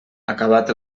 acabat